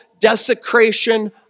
desecration